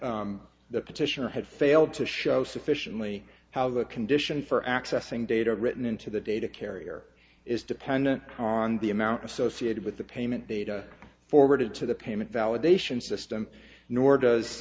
the petitioner had failed to show sufficiently how the condition for accessing data written into the data carrier is dependent on the amount associated with the payment data forwarded to the payment validation system nor